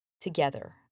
together